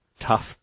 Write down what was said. tough